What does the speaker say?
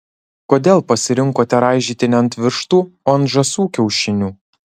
kodėl pasirinkote raižyti ne ant vištų o ant žąsų kiaušinių